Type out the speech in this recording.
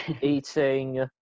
eating